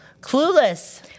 Clueless